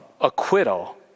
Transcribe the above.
acquittal